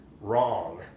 wrong